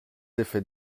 effets